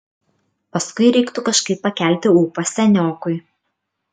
paskui reiktų kažkaip pakelti ūpą seniokui